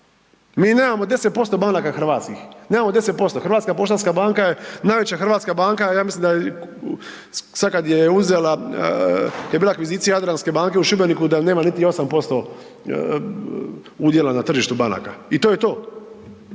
Mi nemamo 10% banaka hrvatskih, nemamo 10%. HPB je najveća hrvatska banka, ja mislim da sad kad je uzela, kad je bila akvizicija Jadranske banke u Šibeniku da nema niti 8% udjela na tržištu banaka. I to je to.